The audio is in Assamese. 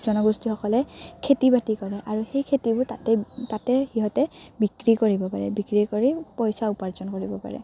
জনগোষ্ঠীসকলে খেতি বাতি কৰে আৰু সেই খেতিবোৰ তাতে তাতে সিহঁতে বিক্ৰী কৰিব পাৰে বিক্ৰী কৰি পইচা উপাৰ্জন কৰিব পাৰে